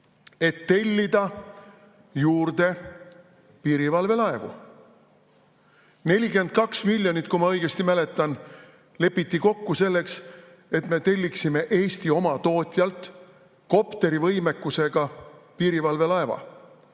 et tellida juurde piirivalve laevu. 42 miljonit, kui ma õigesti mäletan, lepiti kokku selleks, et me telliksime Eesti oma tootjalt kopterivõimekusega piirivalve laeva.